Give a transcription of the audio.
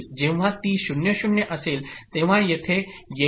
जेव्हा ती 0 0 असेल तेव्हा येथे येईल